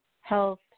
health